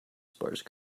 sparse